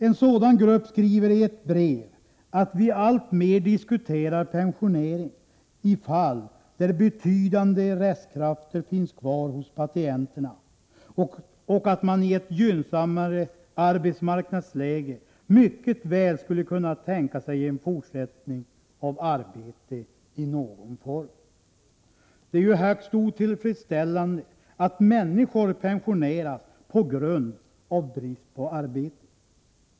En sådan grupp skriver i ett brev att vi alltmer diskuterar pensionering i fall där betydande restkrafter finns kvar hos patienterna och att man i ett gynnsammare arbetsmarknadsläge mycket väl skulle kunna tänka sig en fortsättning av arbete i någon form. Det är ju högst otillfredsställande att människor pensioneras på grund av brist på arbete.